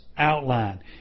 outline